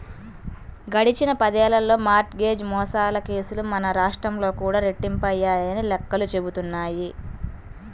గడిచిన పదేళ్ళలో mortgage మోసాల కేసులు మన రాష్ట్రంలో కూడా రెట్టింపయ్యాయని లెక్కలు చెబుతున్నాయి